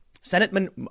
Senate